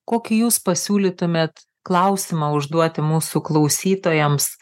kokį jūs pasiūlytumėt klausimą užduoti mūsų klausytojams